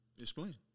Explain